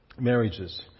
marriages